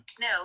No